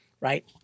right